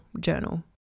journal